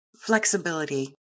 Flexibility